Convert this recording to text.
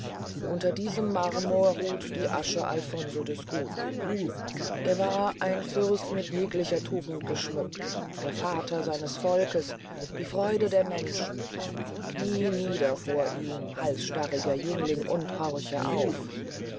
unter diesem marmor ruht die asche alfonso des guten er war ein fürst mit jeglicher tugend geschmückt der vater seines volks die freude der menschen knie nieder vor ihm halsstarriger jüngling und horch auf